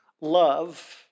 love